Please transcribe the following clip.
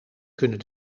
kunnen